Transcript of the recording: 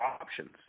options